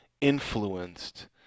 influenced